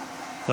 יסמין פרידמן,